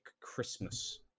Christmas